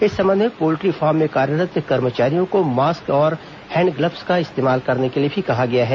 इस संबंध में पोल्ट्री फार्म में कार्यरत कर्मचारियों को मास्क और हैंण्डग्लब का इस्तेमाल करने के लिए भी कहा गया है